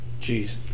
Jeez